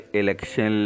election